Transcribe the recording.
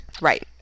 right